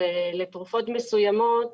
לתרופות מסוימות